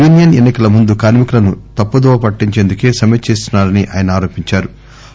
union ఎన్సి కల ముందు కార్మికులను తప్పు దోవ పట్టించేందుకే సమ్మె చేస్తున్నారని ఆయన ఆరోపించారు